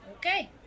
Okay